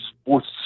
sports